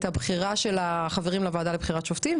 הבחירה של החברים לוועדה לבחירת שופטים,